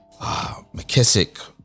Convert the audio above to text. McKissick